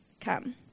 Come